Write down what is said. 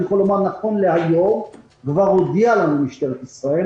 אני יכול לומר שנכון להיום כבר הודיעה לנו משטרת ישראל